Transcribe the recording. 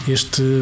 Este